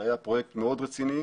זה היה פרויקט מאוד רציני.